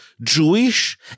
Jewish